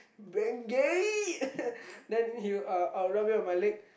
Bengay then he uh I would rub it on my leg